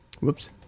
Whoops